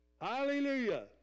Hallelujah